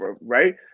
Right